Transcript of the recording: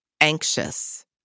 anxious